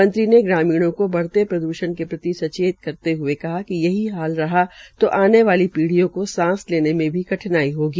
मंत्री ने ग्रामीणों को बढ़ते प्रद्षण के प्रति सचेत करते हुए कहा कि सही हाल रहा तो आने वाली पीढ़ियों को सांस लेने में भी कठनाई होगी